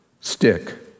stick